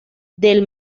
del